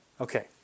Okay